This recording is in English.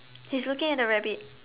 he's looking at the rabbit